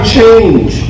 change